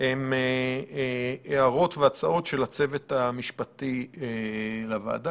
הן הערות והצעות של הצוות המשפטי לוועדה.